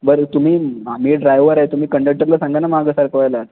बरं तुम्ही मी ड्रायवर आहे तुम्ही कंडक्टरला सांगा ना मागं सरकवायला